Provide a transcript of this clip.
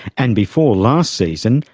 and before last season,